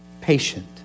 patient